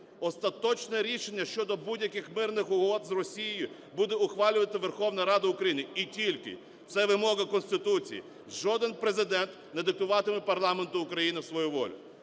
Остаточне рішення щодо будь-яких мирних угод з Росією буде ухвалювати Верховна Ради України і тільки, це вимога Конституції. Жоден Президент не диктуватиме парламенту України свою волю.